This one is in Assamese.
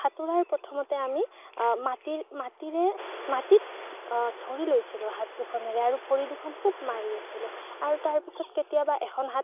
সাঁতোৰাৰ প্ৰথমতে আমি মাটিত মাটিৰে মাটিত ধৰি লৈছিলোঁ হাত দুখেনেৰে আৰু ভৰি দুখন খুব মাৰি আছিলোঁ আৰু তাৰপিছত কেতিয়াবা এখন হাত